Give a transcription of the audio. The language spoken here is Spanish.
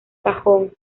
cajón